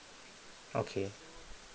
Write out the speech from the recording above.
okay